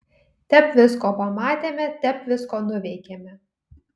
tep visko pamatėme tep visko nuveikėme